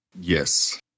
Yes